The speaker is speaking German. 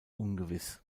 ungewiss